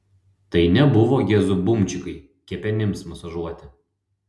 tai nebuvo gezų bumčikai kepenims masažuoti